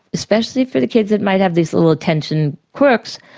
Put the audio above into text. especially for the kids that might have these little attention quirks,